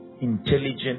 intelligent